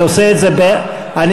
גם במנחה.